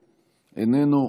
איננו,